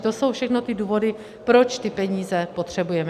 To jsou všechno ty důvody, proč ty peníze potřebujeme.